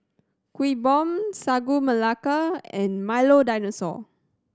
Kuih Bom Sagu Melaka and Milo Dinosaur